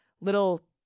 little